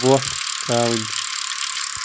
وۄٹھ ترٛاوٕنۍ